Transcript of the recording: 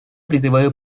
призываю